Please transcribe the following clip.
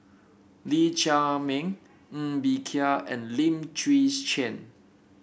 Lee Chiaw Meng Ng Bee Kia and Lim Chwee Chian